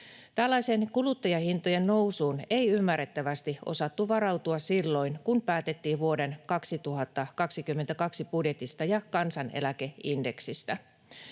Tällaiseen kuluttajahintojen nousuun ei ymmärrettävästi osattu varautua silloin kun päätettiin vuoden 2022 budjetista ja kansaneläkeindeksistä.